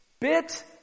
bit